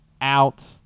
out